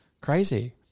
Crazy